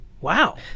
Wow